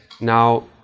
Now